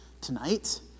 tonight